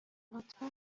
لطفا